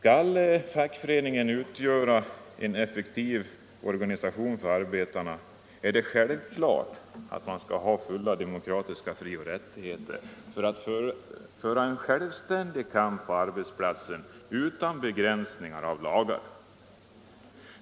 Skall fackarbetsplatsen föreningen utgöra en effektiv organisation för arbetarna är det självklart att man skall ha demokratiska frioch rättigheter för att kunna föra en självständig kamp på arbetsplatsen utan begränsning av lagar.